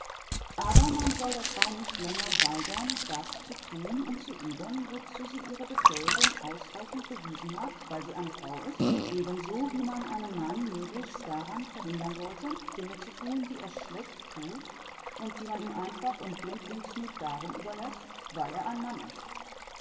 aber man soll der frau nicht länger weigern das zu thun und zu üben wozu sie ihre befähigung ausreichend bewiesen hat weil sie eine frau ist ebenso wie man einen mann möglichst daran verhindern sollte dinge zu thun die er schlecht thut und die man ihm einfach und blindlings nur darum überläßt weil er ein mann ist